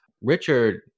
Richard